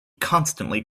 constantly